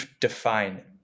define